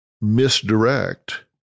misdirect